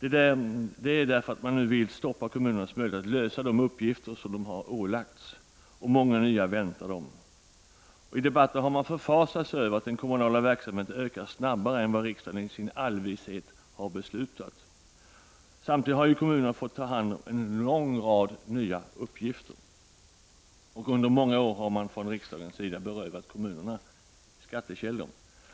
Kommunalt skattestopp innebär ju stopp för kommunernas möjligheter att lösa de uppgifter som de har ålagts. I debatten har man förfasat sig över att den kommunala verksamheten ökar snabbare än vad riksdagen i sin allvishet har beslutat. Samtidigt har kommunerna fått ta hand om en lång rad uppgifter, och många nya väntar dem. Samtidigt har riksdagen under många år berövat kommunerna skattekällor.